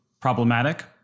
problematic